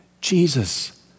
Jesus